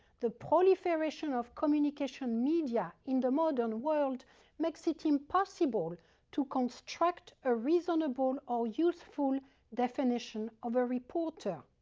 the proliferation of communication media in the modern world makes it impossible to construct a reasonable or useful definition of a reporter,